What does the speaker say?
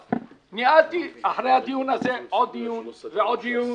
ניהלתי אחרי הדיון הזה עוד דיון ועוד דיון